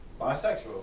Bisexual